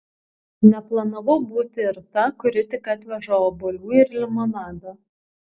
neplanavau būti ir ta kuri tik atveža obuolių ir limonado